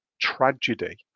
tragedy